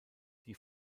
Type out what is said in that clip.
die